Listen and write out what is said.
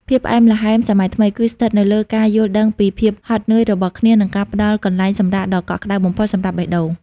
ភាពផ្អែមល្ហែមសម័យថ្មី គឺស្ថិតនៅលើការយល់ដឹងពីភាពហត់នឿយរបស់គ្នា និងការផ្ដល់កន្លែងសម្រាកដ៏កក់ក្ដៅបំផុតសម្រាប់បេះដូង។